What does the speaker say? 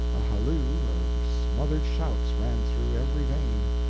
a halloo of smothered shouts ran through every vein.